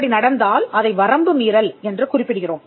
அப்படி நடந்தால் அதை வரம்பு மீறல் என்று குறிப்பிடுகிறோம்